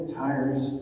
tires